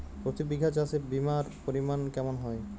প্রতি বিঘা চাষে বিমার পরিমান কেমন হয়?